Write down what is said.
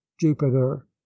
jupiter